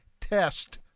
test